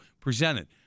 presented